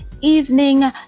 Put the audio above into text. evening